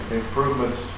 improvements